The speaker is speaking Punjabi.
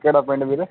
ਕਿਹੜਾ ਪਿੰਡ ਵੀਰੇ